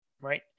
Right